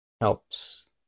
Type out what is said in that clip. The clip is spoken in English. helps